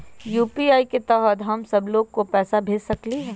UPI के तहद हम सब लोग को पैसा भेज सकली ह?